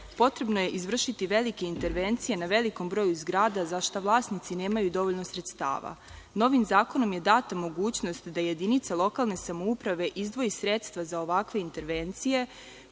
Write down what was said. je izvršiti velike intervencije na velikom broju zgrada za šta vlasnici nemaju dovoljno sredstava. Novim zakonom je data mogućnost da jedinice lokalne samouprave izdvoje sredstva za ovakve intervencije